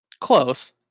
Close